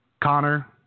Connor